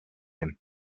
him